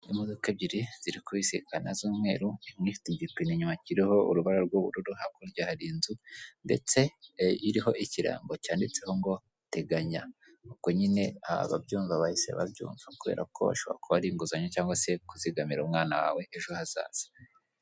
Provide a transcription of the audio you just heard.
Imodoka ebyiri ziri kubisikana z'umweru, imwe ifite igipine inyuma kiriho urubara rw'ubururu, hakurya hari inzu ndetse iriho ikirango cyanditseho ngo: "teganya". Ubwo nyine ababyumva bahise babyumva; kubera ko bishobora kuba ari inguzanyo cyangwa se kuzigamira umwana wawe ejo hazaza.